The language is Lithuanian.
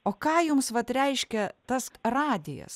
o ką jums vat reiškia tas radijas